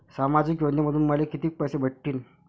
सामाजिक योजनेमंधून मले कितीक पैसे भेटतीनं?